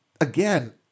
again